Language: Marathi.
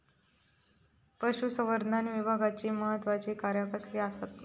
पशुसंवर्धन विभागाची महत्त्वाची कार्या कसली आसत?